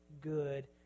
good